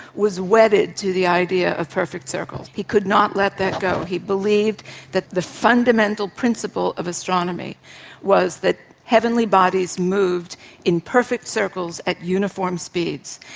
was wedded to the idea of perfect circles. he could not let that go. he believed that the fundamental principle of astronomy was that heavenly bodies moved in perfect circles at uniform speeds.